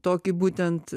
tokį būtent